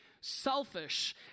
selfish